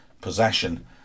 possession